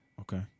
Okay